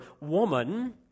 woman